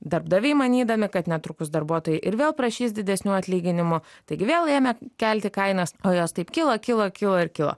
darbdaviai manydami kad netrukus darbuotojai ir vėl prašys didesnių atlyginimų taigi vėl ėmė kelti kainas o jos taip kilo kilo kilo ir kilo